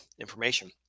information